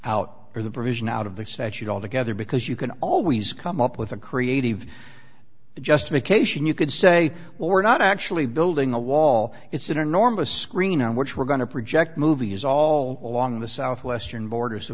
out or the provision out of the statute altogether because you can always come up with a creative the justification you could say well we're not actually building a wall it's an enormous screening which we're going to project movie is all along the southwestern border so